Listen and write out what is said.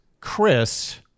chris